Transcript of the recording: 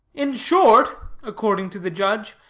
in short according to the judge,